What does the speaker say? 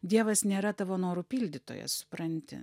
dievas nėra tavo norų pildytojas supranti